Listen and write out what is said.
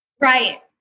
Right